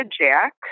Jack